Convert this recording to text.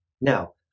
Now